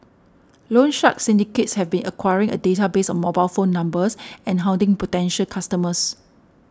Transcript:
loan shark syndicates have been acquiring a database of mobile phone numbers and hounding potential customers